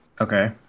Okay